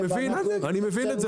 אני מבין את זה,